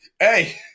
Hey